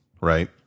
Right